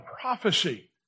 prophecy